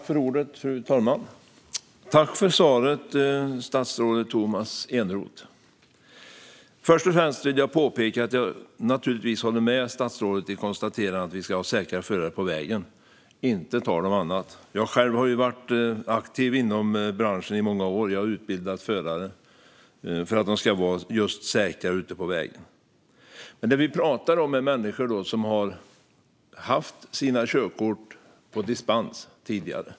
Fru talman! Tack för svaret, statsrådet Tomas Eneroth! Först och främst vill jag påpeka att jag naturligtvis håller med statsrådet i konstaterandet att vi ska ha säkra förare på vägen. Det är inte tal om annat. Jag har själv varit aktiv inom branschen i många år - jag är utbildad förare - för att de ska vara just säkra på vägen. Men det vi pratar om är människor som tidigare har haft körkort på dispens.